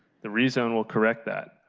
the reason will correct that.